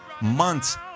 months